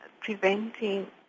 preventing